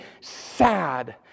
sad